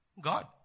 God